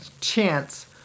chance